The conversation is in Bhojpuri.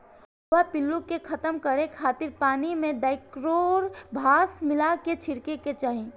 भुआ पिल्लू के खतम करे खातिर पानी में डायकलोरभास मिला के छिड़के के चाही